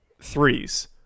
threes